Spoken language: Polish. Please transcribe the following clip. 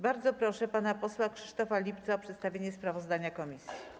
Bardzo proszę pana posła Krzysztofa Lipca o przedstawienie sprawozdania komisji.